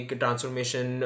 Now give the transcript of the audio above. transformation